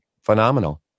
phenomenal